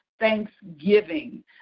thanksgiving